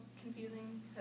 confusing